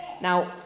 now